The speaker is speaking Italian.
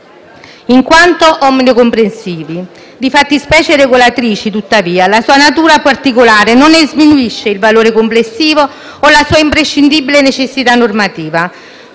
in quanto omnicomprensivi di fattispecie regolatrici. Tuttavia, la sua natura particolare non ne sminuisce il valore complessivo o la sua imprescindibile necessità normativa.